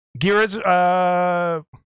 Gira's